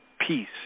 peace